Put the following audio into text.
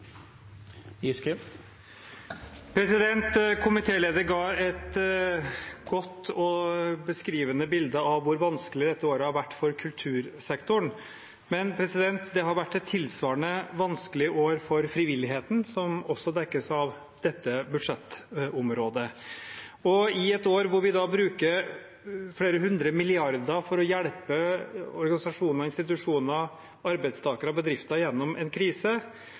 beskrivende bilde av hvor vanskelig dette året har vært for kultursektoren, men det har vært et tilsvarende vanskelig år for frivilligheten, som også dekkes av dette budsjettområdet. I et år hvor vi bruker flere hundre milliarder kroner på å hjelpe organisasjoner, institusjoner, arbeidstakere og bedrifter gjennom en krise,